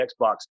Xbox